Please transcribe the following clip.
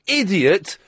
idiot